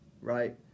right